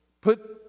put